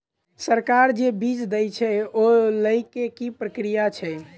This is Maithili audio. सरकार जे बीज देय छै ओ लय केँ की प्रक्रिया छै?